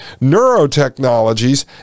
neurotechnologies